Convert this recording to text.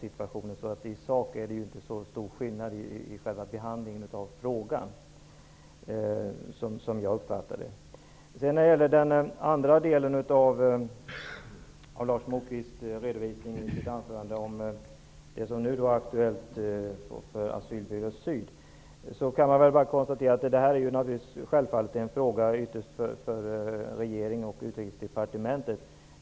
I sak är det inte så stor skillnad i behandlingen av frågan, som jag uppfattar det. I den andra delen av Lars Moquists anförande talade han om den nu aktuella situationen för Asylbyrå syd. Jag kan bara konstatera att detta självfallet ytterst är en fråga för regeringen och Utrikesdepartementet.